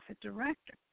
director